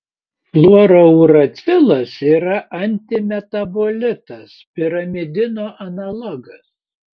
fluorouracilas yra antimetabolitas pirimidino analogas